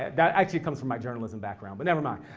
ah that actually comes from my journalism background, but nevermind.